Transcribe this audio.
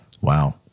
Wow